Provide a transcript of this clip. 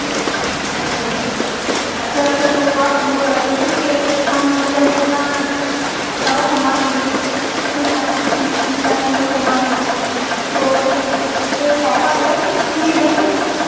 اچھا جی اچھا تو آپ جیسے کہ ہم اگر اتنا سارا سامان لیں گے اتنے سارے تین چار کلو سامان لیں گے تو کوئی پھر آفر ہے فری ہے کچھ